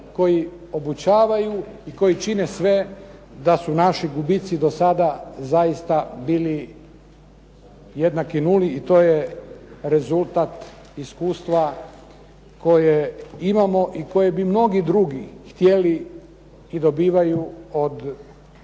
koji obučavaju i koji čine sve da su naši gubici do sada zaista bili jednaki nuli i to je rezultat iskustva koje imamo i koje bi mnogi drugi htjeli i dobivaju od časnika